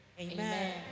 amen